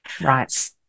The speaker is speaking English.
Right